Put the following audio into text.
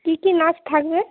কী কী নাচ থাকবে